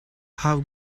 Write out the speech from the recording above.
how